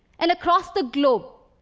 and across the globe,